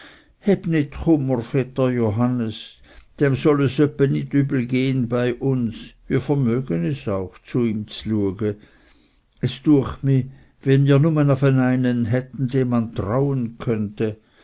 vetter johannes dem soll es öppe nit übel bei uns gehen wir vermögen es auch zu ihm z'luege es düecht mich wenn wir nume afe einen hätten dem man trauen könnte